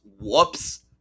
Whoops